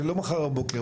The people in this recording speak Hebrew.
זה לא מחר בבוקר.